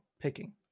picking